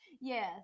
Yes